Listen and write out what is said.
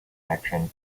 action